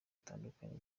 butandukanye